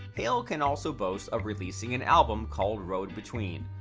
hale can also boast of releasing an album called road between.